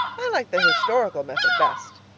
i like the historical method best.